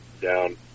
down